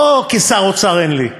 לא כשר אוצר אין לי,